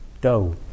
dough